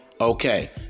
Okay